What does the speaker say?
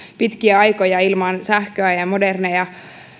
pitkiä aikoja ilman sähköä ja modernia